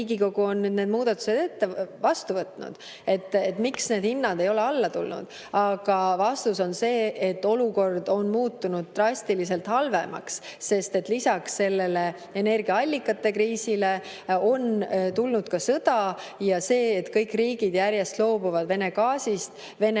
Riigikogu on nüüd need muudatused vastu võtnud, miks need hinnad ei ole alla tulnud. Aga vastus on see, et olukord on muutunud drastiliselt halvemaks, sest lisaks energiaallikate kriisile on tulnud ka sõda. See, et kõik riigid järjest loobuvad Vene gaasist, Vene